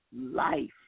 life